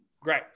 Great